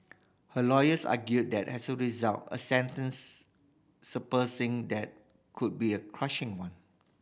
her lawyers argued that as a result a sentence surpassing that could be a crushing one